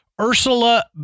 Ursula